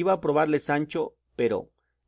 iba a probarle sancho pero